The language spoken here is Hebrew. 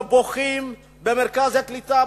שבוכות במרכז הקליטה,